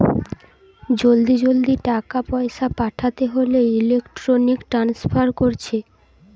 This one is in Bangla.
জলদি জলদি টাকা পয়সা পাঠাতে হোলে ইলেক্ট্রনিক ট্রান্সফার কোরছে